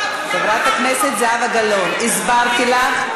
חברת הכנסת זהבה גלאון, הסברתי לך.